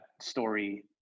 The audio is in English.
story